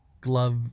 glove